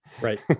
Right